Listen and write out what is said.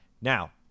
Now